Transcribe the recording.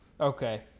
Okay